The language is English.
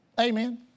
Amen